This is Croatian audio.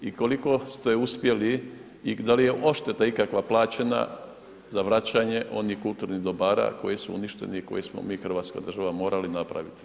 I koliko ste uspjeli i da li je odšteta ikakva plaćena za vraćanje onih kulturnih dobara koji su uništeni i koji smo mi Hrvatska država morali napraviti?